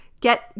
Get